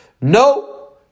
No